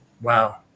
Wow